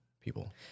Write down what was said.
people